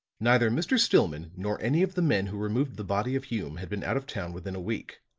neither mr. stillman nor any of the men who removed the body of hume have been out of town within a week.